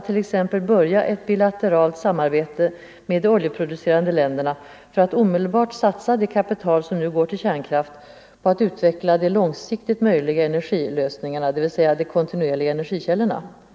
i t.ex. börja ett bilateralt samarbete med de oljeproducerande länderna = Ang. innebörden av för att omedelbart satsa det kapital som nu går till kärnkraft på att utveckla — en svensk anslutde långsiktigt möjliga energilösningarna, dvs. de kontinuerliga energi = ning till den s.k. källorna.